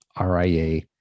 RIA